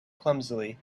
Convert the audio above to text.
clumsily